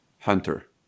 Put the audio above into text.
Hunter